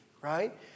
right